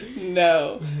No